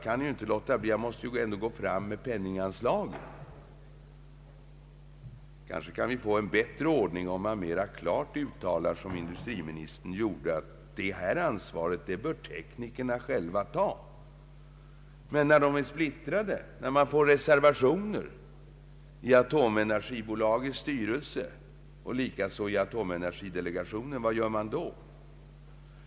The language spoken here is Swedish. Måhända kan vi få en bättre ordning, om vi klart uttalar — som industriministern gjorde — att teknikerna själva bör ta ansvaret i sådana här frågor. Men hur gör man annars när experterna är splittrade, när det föreligger reservationer i Atomenergibolagets styrelse och likaså i Atomenergidelegationen?